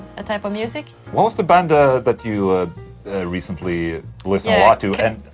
ah type of music. what was the band ah that you recently listened a lot to? and.